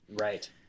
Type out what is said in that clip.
right